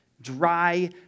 Dry